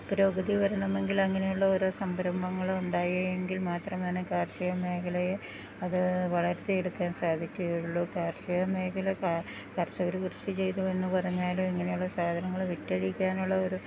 പുരോഗതി വരണമെങ്കിൽ അങ്ങനെയുള്ള ഓരോ സംരംഭങ്ങള് ഉണ്ടായി എങ്കിൽ മാത്രമാണ് കാർഷിക മേഖലയെ അത് വളർത്തിയെടുക്കാൻ സാധിക്കുകയുള്ളു കാർഷിക മേഖല കർഷകര് കൃഷി ചെയ്തു എന്നു പറഞ്ഞാല് ഇങ്ങനെയുള്ള സാധനങ്ങള് വിറ്റഴിക്കാനുള്ള ഒരു